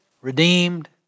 redeemed